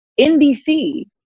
NBC